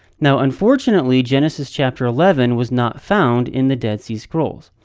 now unfortunately, genesis, chapter eleven was not found in the dead sea scrolls.